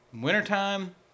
wintertime